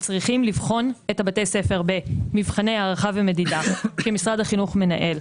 וצריכים לבחון את בתי הספר במבחני הערכה ומדידה שמשרד החינוך מנהל.